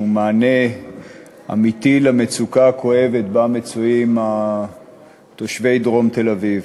מענה אמיתי למצוקה הכואבת שבה מצויים תושבי דרום תל-אביב.